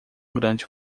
grande